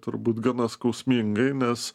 turbūt gana skausmingai nes